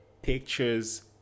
pictures